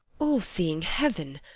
all-seeing heaven,